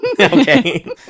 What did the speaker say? Okay